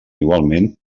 igualment